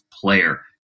player